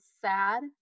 sad